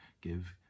give